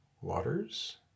Waters